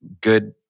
good